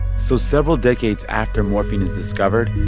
so several decades after morphine is discovered,